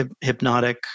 hypnotic